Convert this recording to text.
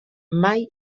mai